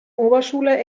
oberschule